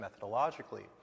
methodologically